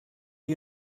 you